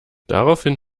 daraufhin